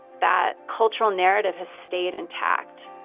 that cultural narrative has stayed intact.